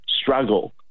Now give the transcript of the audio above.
struggle